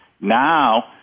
now